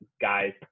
guys